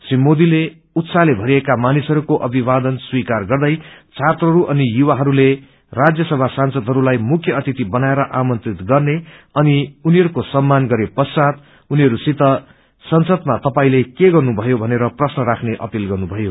श्री मोदीले उत्साइले भरिएका मानिसहरूको अभिवादन स्वीाकार गर्दै छात्रहरू अनि युवाहरूले राज्य सभा सांसदहरूलाई मुख्य अतिथि बनाएर आतंत्रित गर्ने अनि उनीहयको सम्मान गरे प्रचात उनीहरूसित संसदमा तपाईले के गर्नुभयो भनेर प्रश्न राख्ने अपील गर्नुभयो